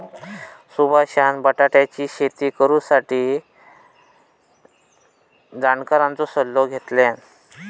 सुभाषान बटाट्याची शेती करुच्यासाठी जाणकारांचो सल्लो घेतल्यान